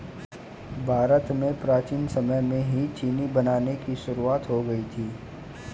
भारत में प्राचीन समय में ही चीनी बनाने की शुरुआत हो गयी थी